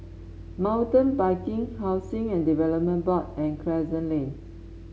Mountain Biking Housing and Development Board and Crescent Lane